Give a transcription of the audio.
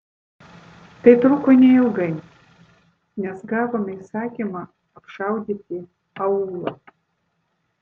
tai truko neilgai nes gavome įsakymą apšaudyti aūlą